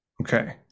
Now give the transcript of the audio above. Okay